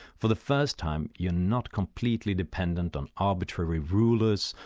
for the first time you're not completely dependent on arbitrary rulers,